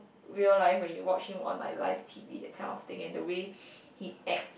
real life where you watch him on like live T_V that kind of thing and the way he acts